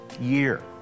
year